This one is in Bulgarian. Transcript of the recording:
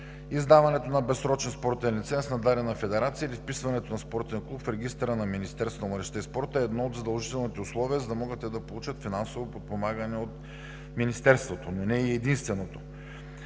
Издаването на безсрочен спортен лиценз на дадена федерация или вписването на спортен клуб в Регистъра на Министерството на младежта и спорта е едно от задължителните условия, за да могат да получат финансово подпомагане от Министерството, но не е единственото.